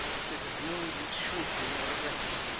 it is of no use shrinking or regretting.